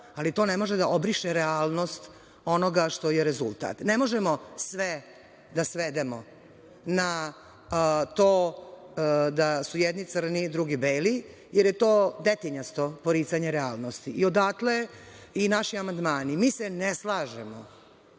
ali to ne može da obriše realnost onoga što je rezultat. Ne možemo sve svedemo na to da su jedni crni, drugi beli, jer je to detinjasto poricanje realnosti i odakle i naši amandmani. Mi se ne slažemo